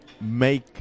make